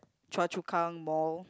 Choa-Chu-Kang mall